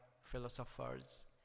philosophers